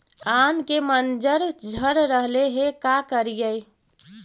आम के मंजर झड़ रहले हे का करियै?